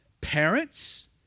parents